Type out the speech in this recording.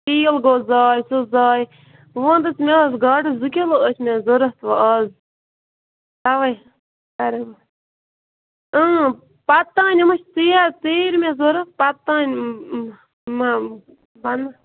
تیٖل گوٚو ضایہِ سُہ ضایہِ وَن تہٕ مےٚ ٲس گاڈس زٕ کِلو أسۍ مےٚ ضروٗرت اَز تَوے کریٚومے پتہٕ تانۍ اِمے ژیر ژیٖرۍ مےٚ ضروٗرت پتہٕ تانۍ ما بنن